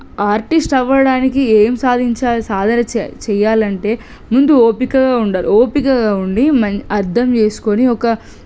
artist అవ్వడానికి ఏం సాధించాలి సాధన చె చెయ్యాలంటే ముందు ఓపికగా ఉండాలి ఓపికగా ఉండి మం అర్థం చేసుకొని ఒక